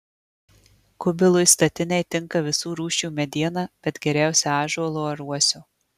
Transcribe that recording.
kubilui statinei tinka visų rūšių mediena bet geriausia ąžuolo ar uosio